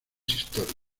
historia